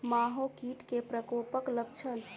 माहो कीट केँ प्रकोपक लक्षण?